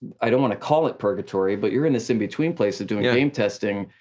i don't wanna call it purgatory, but you're in this in-between place ah doing yeah game testing,